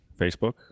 Facebook